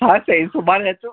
हा साईं सुभाणे अचो